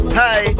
hey